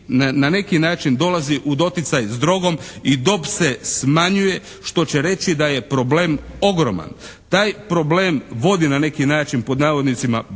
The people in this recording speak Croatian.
na neki način dolazi u doticaj s drogom i dob se smanjuje što će reći da je problem ogroman. Taj problem vodi na neki način pod navodnicima